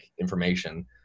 information